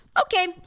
okay